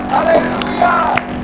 Hallelujah